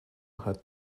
had